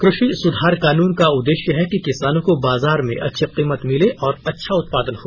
कृषि सुधार कानून का उद्देश्य हैं कि किसानों को बाजार में अच्छी कीमत मिले और अच्छा उत्पादन हो